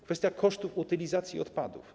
Kwestia kosztów utylizacji odpadów.